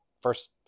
First